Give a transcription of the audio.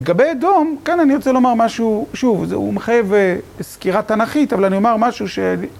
לגבי אדום, כאן אני רוצה לומר משהו, שוב, הוא מחייב סקירה תנ"כית, אבל אני אומר משהו ש...